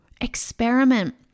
Experiment